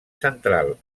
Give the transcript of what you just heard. central